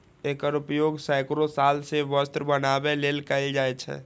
एकर उपयोग सैकड़ो साल सं वस्त्र बनबै लेल कैल जाए छै